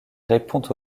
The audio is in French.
répond